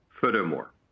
Furthermore